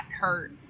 hurt